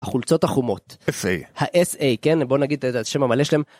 החולצות החומות, ה-SA, כן? בואו נגיד את השם המלא שלהם.